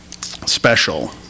special